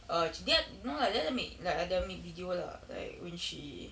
err dia no lah dia ada make like ada make video lah like when she